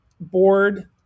board